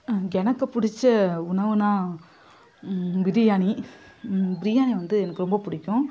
எனக்கு பிடிச்ச உணவுனால் பிரியாணி பிரியாணி வந்து எனக்கு ரொம்ப பிடிக்கும்